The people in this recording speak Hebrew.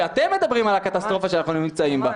שאתם מדברים על הקטסטרופה שאנחנו נמצאים בה.